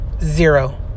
Zero